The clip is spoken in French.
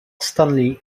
stanley